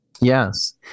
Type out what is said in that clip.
Yes